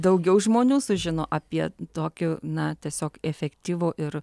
daugiau žmonių sužino apie tokiu na tiesiog efektyvų ir